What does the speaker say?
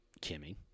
Kimmy